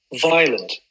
violent